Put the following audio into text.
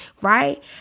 right